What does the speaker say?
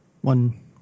One